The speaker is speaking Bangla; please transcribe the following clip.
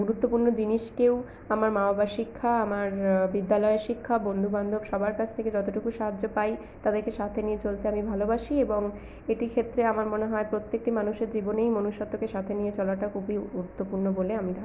গুরুত্বপূর্ণ জিনিসকেও আমার মা বাবার শিক্ষা আমার বিদ্যালয়ের শিক্ষা বন্ধু বান্ধব সবার কাছ থেকে যতটুকু সাহায্য পাই তাদেরকে সাথে নিয়ে চলতে আমি ভালোবাসি এবং এটি ক্ষেত্রে আমার মনে হয় প্রত্যেকটি মানুষের জীবনেই মনুষ্যত্বকে সাথে নিয়ে চলাটা খুবই গুরুত্বপূর্ণ বলে আমি ধারণা করি